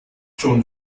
schon